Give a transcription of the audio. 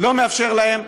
לא מאפשר להם.